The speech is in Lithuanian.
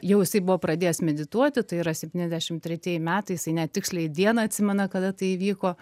jau jisai buvo pradėjęs medituoti tai yra septyniasdešim tretieji metai jisai net tiksliai dieną atsimena kada tai įvyko